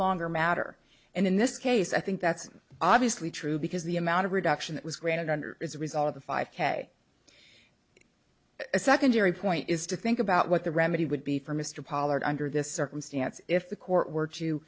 longer matter and in this case i think that's obviously true because the amount of reduction that was granted under as a result of the five k a secondary point is to think about what the remedy would be for mr pollard under this circumstance if the court w